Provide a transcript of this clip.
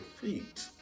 feet